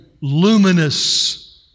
luminous